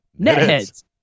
Netheads